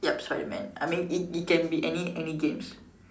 ya so I meant I mean it it can be any any games